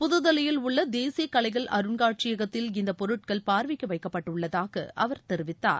புதுதில்லியில் உள்ளதேசியகலைகள் அருங்காட்சியகத்தில் பொருட்கள் இந்தப் பார்வைக்குவைக்கப்பட்டுள்ளதாகஅவர் தெரிவித்தார்